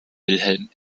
wilhelm